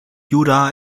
jura